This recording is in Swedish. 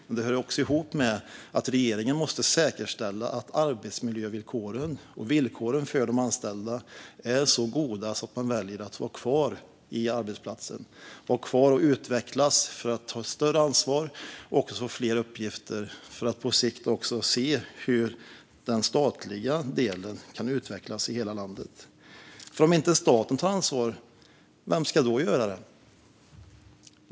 Men det hör också ihop med att regeringen måste säkerställa att arbetsmiljövillkoren och villkoren för de anställda är så goda så att de väljer att vara kvar på arbetsplatsen - att vara kvar och utvecklas för att ta större ansvar och få fler uppgifter. Det handlar också om att på sikt se hur den statliga delen kan utvecklas i hela landet. Om inte staten tar ansvar, vem ska då göra det?